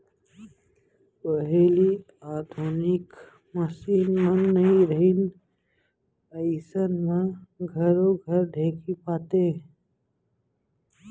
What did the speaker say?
पहिली आधुनिक मसीन मन नइ रहिन अइसन म घरो घर ढेंकी पातें